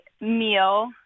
meal